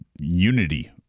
unity